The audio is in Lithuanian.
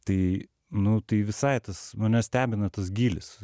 tai nu tai visai tas mane stebina tas gylis